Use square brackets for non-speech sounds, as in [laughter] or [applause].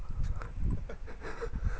[laughs]